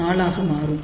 4 ஆக மாறும்